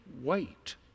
wait